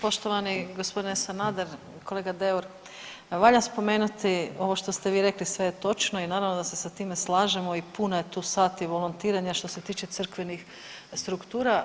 Poštovani gospodine Sanader, kolega Deur, valja spomenuti ovo što ste vi rekli sve je točno i naravno da se sa time slažemo i puno je tu sati volontiranja što se tiče crkvenih struktura.